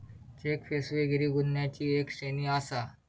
check फसवेगिरी गुन्ह्यांची एक श्रेणी आसा